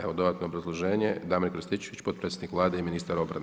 Evo dodatno obrazloženje Damir Krstičević potpredsjednik Vlade i ministar obrane.